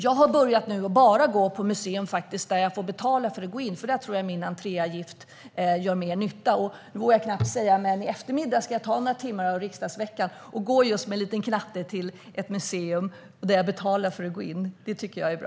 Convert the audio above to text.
Jag har faktiskt börjat att bara gå på museer där jag får betala för att gå in, för där tror jag att min entréavgift gör mer nytta. Jag vågar knappt säga detta, men i eftermiddag ska jag ta några timmar av riksdagsveckan och gå med en liten knatte till ett museum där jag betalar för att gå in. Det tycker jag är bra!